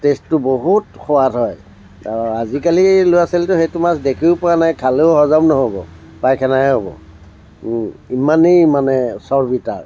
টেষ্টটো বহুত সোৱাদ হয় আজিকালি ল'ৰা ছোৱালীটো সেইটো মাছ দেখিও পোৱা নাই খালেও হজম নহ'ব পাইখানাহে হ'ব ইমানেই মানে চৰ্বি তাৰ